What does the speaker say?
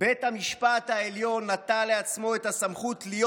בית המשפט העליון נטל לעצמו את הסמכות להיות